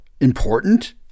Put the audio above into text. important